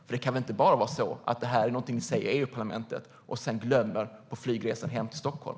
Det kan väl inte vara så att det här är någonting ni säger i EU-parlamentet men sedan glömmer på flygresan hem till Stockholm?